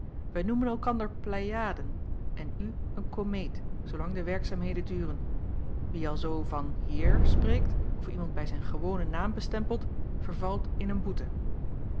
wij noemen elkander pleiaden en u een komeet zoolang de werkzaamheden duren wie alzoo van heer spreekt of iemand bij zijn gewonen naam bestempelt vervalt in een boete